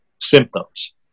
symptoms